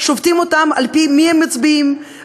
שופטים אותם על-פי למי הם מצביעים,